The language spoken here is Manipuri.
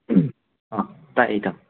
ꯑꯥ ꯇꯥꯏ ꯏꯇꯥꯎ